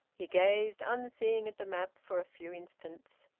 he gazed unseeing at the map for a few instants.